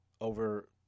over